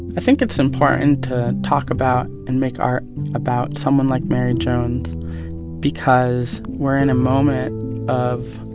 i think it's important to talk about and make art about someone like mary jones because we're in a moment of